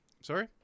sorry